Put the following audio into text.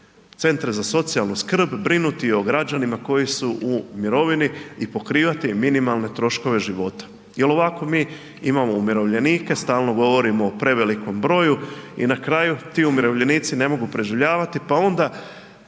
centre za socijalnu skrb brinuti o građanima koji su u mirovini i pokrivati im minimalne troškove života jel ovako mi imamo umirovljenike, stalno govorimo o prevelikom broju i na kraju ti umirovljenici ne mogu preživljavati, pa onda